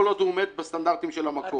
כל עוד הוא עומד בסטנדרטים של המקום.